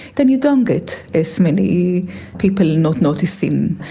then you don't get as many people not noticing.